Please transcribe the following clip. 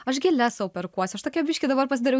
aš gėles sau perkuosi aš tokia biškį dabar pasidariau